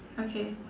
okay